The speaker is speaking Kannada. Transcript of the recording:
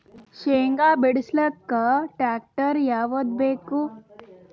ಶೇಂಗಾ ಬಿಡಸಲಕ್ಕ ಟ್ಟ್ರ್ಯಾಕ್ಟರ್ ಯಾವದ ಬೇಕು?